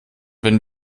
wenn